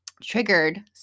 triggered